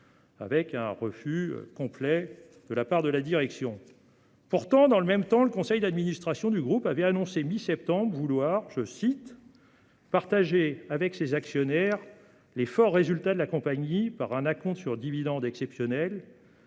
un refus complet de la part de la direction. Pourtant, dans le même temps, le conseil d'administration du groupe annonçait, à la mi-septembre, vouloir « partager avec ses actionnaires les forts résultats de la compagnie » par un « acompte sur dividende exceptionnel »,